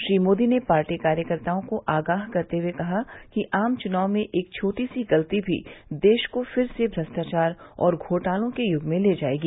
श्री मोदी ने पार्टी कार्यकर्ताओं को आगाह करते हुए कहा कि आम चुनाव में एक छोटी सी गलती भी देश को फिर से भ्रष्टाचार और घोटालों के यूग में ले जाएगी